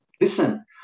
listen